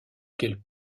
qu’elle